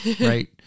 Right